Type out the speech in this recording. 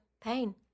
pain